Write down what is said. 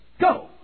Go